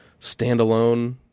standalone